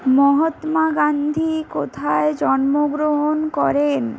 মহাত্মা গান্ধী কোথায় জন্মগ্রহণ করেন